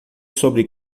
sobre